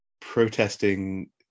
protesting